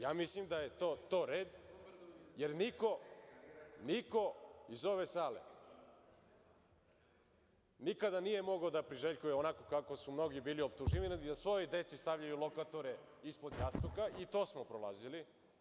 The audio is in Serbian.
Ja mislim da je to red, jer niko, niko iz ove sale nikada nije mogao da priželjkuje, onako kako su mnogi bili optuživani, da svojoj deci stavljaju lokatore ispod jastuka, i to smo prolazili.